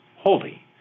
holy